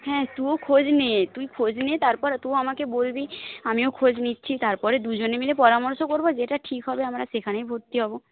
হ্যাঁ তুইও খোঁজ নে তুই খোঁজ নে তারপর তুইও আমাকে বলবি আমিও খোঁজ নিচ্ছি তারপরে দুজনে মিলে পরামর্শ করব যেটা ঠিক হবে আমরা সেখানেই ভর্তি হব